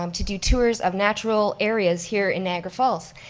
um to do tours of natural areas here in niagara falls.